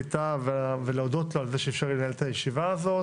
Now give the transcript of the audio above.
ווליד טאהא ולהודות לו על כך שאיפשר לי לנהל את הישיבה הזאת,